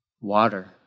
Water